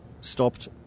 stopped